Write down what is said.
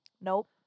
Nope